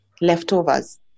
leftovers